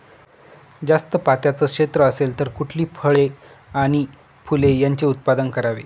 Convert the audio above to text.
जास्त पात्याचं क्षेत्र असेल तर कुठली फळे आणि फूले यांचे उत्पादन करावे?